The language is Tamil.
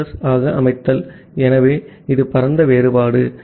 எஸ் ஆக அமைத்தல் ஆகவே இது பரந்த வேறுபாடு ஆகும்